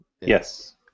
Yes